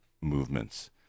movements